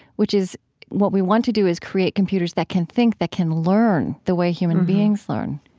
which is what we want to do is create computers that can think, that can learn the way humans beings learn.